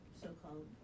so-called